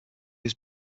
was